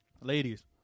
Ladies